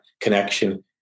connection